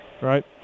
Right